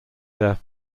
their